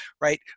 right